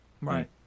Right